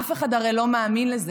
אף אחד הרי לא מאמין לזה.